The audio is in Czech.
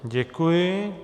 Děkuji.